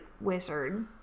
wizard